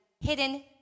hidden